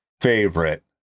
favorite